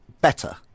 better